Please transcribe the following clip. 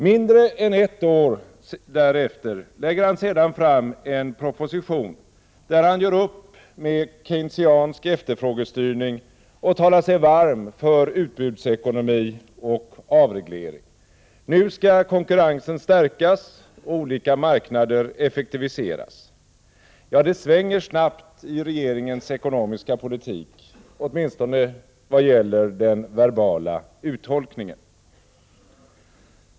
Mindre än ett år därefter lägger han sedan fram en proposition, där han gör upp med keynesiansk efterfrågestyrning och talar sig varm för utbudsekonomi och avreglering. Nu skall konkurrensen stärkas och olika marknader effektiviseras. Det svänger snabbt i regeringens ekonomiska politik — åtminstone vad gäller den verbala uttolkningen.